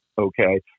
Okay